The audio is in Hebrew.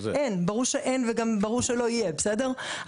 אין, ברור שאין וגם ברור שלא יהיה בסדר?